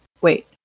Wait